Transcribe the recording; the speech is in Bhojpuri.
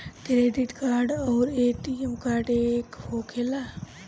डेबिट कार्ड आउर ए.टी.एम कार्ड एके होखेला?